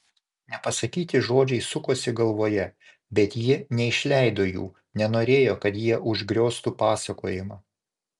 nepasakyti žodžiai sukosi galvoje bet ji neišleido jų nenorėjo kad jie užgrioztų pasakojimą